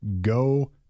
go